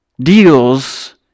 deals